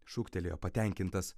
šūktelėjo patenkintas